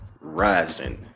rising